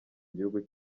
gihugu